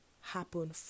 happen